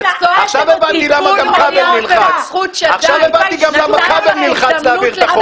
עכשיו הבנתי למה גם כבל נלחץ להעביר את החוק.